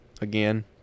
Again